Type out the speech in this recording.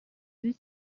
six